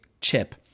chip